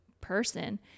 person